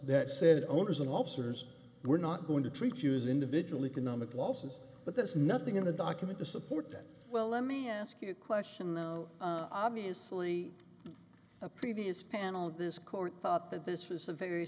that said oh isn't officers we're not going to treat you as an individual economic losses but there's nothing in the document to support that well let me ask you a question though obviously a previous panel of this court thought that this was a very